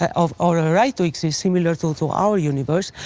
kind of or a right to exist similar to to our universe,